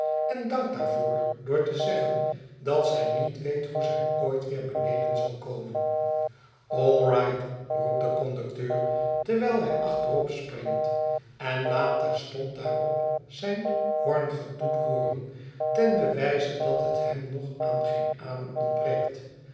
en dankt daarvoor door te zeggen dat zij niet weet hoe zij ooit weer beneden zal komen all right roept de conducteur terwijl hij achteropspringt en laat terstond daarop zijn hoorngetoet hooren ten bewijze dat het hem nog aan geen adem ontbreekt